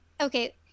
okay